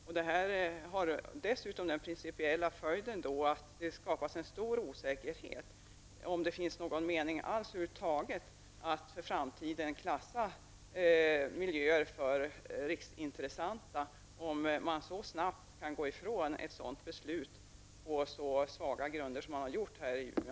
Beslutet får dessutom den principiella följden att det skapas en stor osäkerhet om huruvida det över huvud taget finns någon mening i att för framtiden klassa miljöer som riksintressanta. Den situationen uppstår om man så snabbt kan gå ifrån ett sådant här avgörande, dessutom på så svaga grunder som har skett i Umeå.